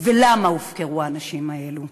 ולמה הופקרו האנשים האלו.